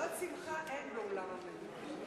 הפגנות שמחה אין באולם המליאה.